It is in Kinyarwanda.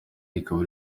rikaba